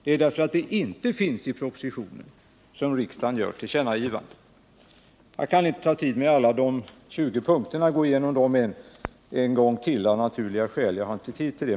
Det är därför att de inte finns i propositionen som utskottet föreslår riksdagen att göra tillkännagivanden. Jag kan inte gå igenom alla de 20 punkterna en gång till, av naturliga skäl — jag har inte tid till det.